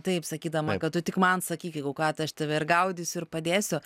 taip sakydama kad tu tik man sakyk jeigu ką tai aš tave ir gaudysiu ir padėsiu